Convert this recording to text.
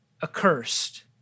Accursed